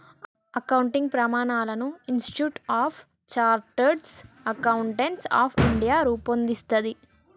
accounting ప్రమాణాలను institute of chartered accountants of India రూపొందిస్తది